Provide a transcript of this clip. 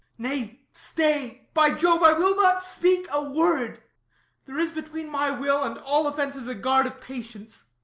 nay, stay by jove, i will not speak a word there is between my will and all offences a guard of patience.